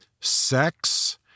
sex